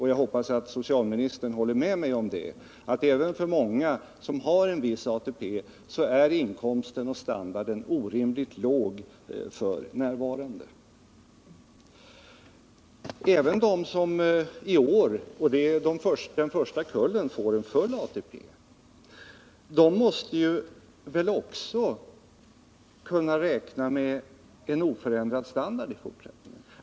Jag hoppas att socialministern håller med mig om att inkomsten och standarden f.n. är orimligt låg också för många som har en viss ATP. Även de som i år får full ATP — och det är den första kullen — borde väl också kunna räkna med en oförändrad reell standard i fortsättningen.